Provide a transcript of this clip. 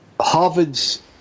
Harvard's